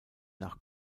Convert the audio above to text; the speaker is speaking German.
nach